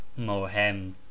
mohem